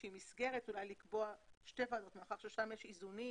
מסגרת אולי לקבוע שתי ועדות מאחר ושם יש איזונים